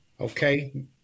Okay